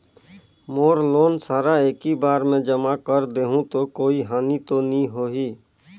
मोर loan सारा एकी बार मे जमा कर देहु तो कोई हानि तो नी होही?